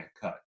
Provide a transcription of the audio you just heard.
cut